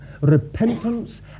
repentance